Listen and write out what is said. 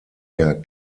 der